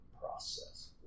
process